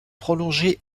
prolongées